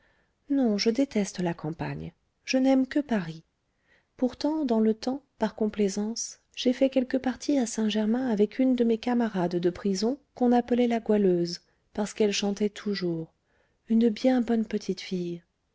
non je déteste la campagne je n'aime que paris pourtant dans le temps par complaisance j'ai fait quelques parties à saint-germain avec une de mes camarades de prison qu'on appelait la goualeuse parce qu'elle chantait toujours une bien bonne petite fille